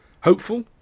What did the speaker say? hopeful